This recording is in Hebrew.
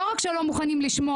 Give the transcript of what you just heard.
לא רק שהם לא מוכנים לשמוע,